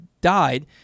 died